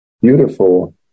beautiful